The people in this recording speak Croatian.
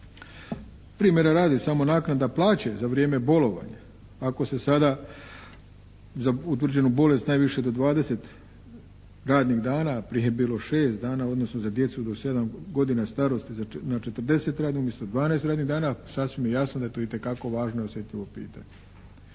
Primjera radi, samo naknada plaće za vrijeme bolovanja ako se sada za utvrđenu bolest najviše do dvadeset radnih dana a prije je bilo šest dana odnosno za djecu do sedam godina starosti na četrdeset umjesto dvanaest radnih dana sasvim je jasno da je to itekako važno i osjetljivo pitanje.